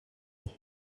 inc